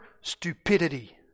stupidity